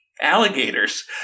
alligators